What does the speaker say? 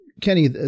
Kenny